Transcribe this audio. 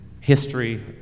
history